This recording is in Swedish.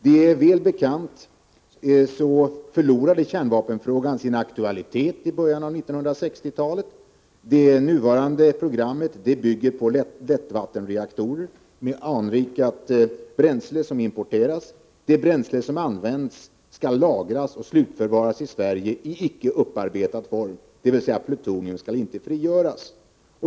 Som är väl bekant förlorade kärnvapenfrågan sin aktualitet i början av 1960-talet. Det nuvarande programmet bygger på lättvattenreaktorer med anrikat bränsle, som importeras. Det bränsle som används skall lagras och slutförvaras i Sverige i icke upparbetad form — dvs. plutonium skall icke frigöras.